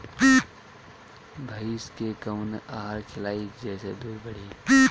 भइस के कवन आहार खिलाई जेसे दूध बढ़ी?